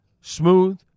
Smooth